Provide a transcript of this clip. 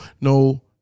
no